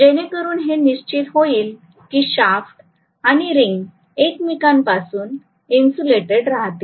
जेणेकरून हे निश्चित होईल की शाफ्ट आणि रिंग एकमेकांपासून इन्सुलेटेड राहतील